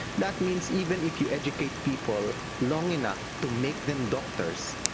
that means even if you educate people long enough to make them doctors,